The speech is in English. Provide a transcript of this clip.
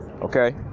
okay